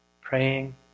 praying